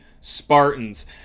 Spartans